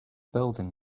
building